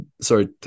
sorry